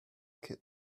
kid